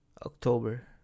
October